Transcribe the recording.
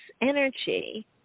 energy